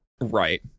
Right